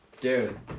Dude